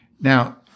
Now